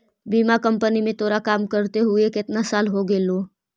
बीमा कंपनी में तोरा काम करते हुए केतना साल हो गेलो